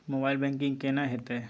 Mobile banking केना हेते?